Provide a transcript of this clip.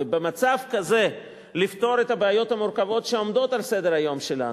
ובמצב כזה לפתור את הבעיות המורכבות שעומדות על סדר-היום שלנו,